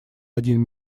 один